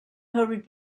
hurried